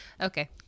okay